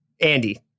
Andy